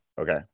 okay